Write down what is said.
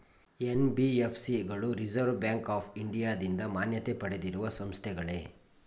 NBFC ಗಳು reserve bank of ಇಂಡಿಯಾದಿಂದ ಮಾನ್ಯತೆ ಪಡೆದಿರುವ ಸಂಸ್ಥೆಗಳೇ?